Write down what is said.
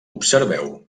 observeu